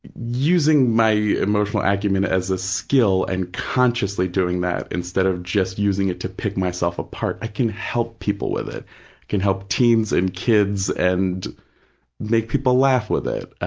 using my emotional acumen as a skill and consciously doing that instead of just using it to pick myself apart, i can help people with it. i can help teens and kids and make people laugh with it.